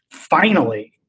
finally,